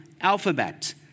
alphabet